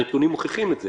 הנתונים מוכיחים את זה.